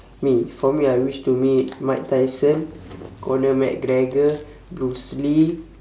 me for me I wish to meet mike tyson connor mcgregor bruce lee